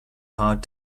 hard